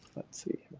let's see.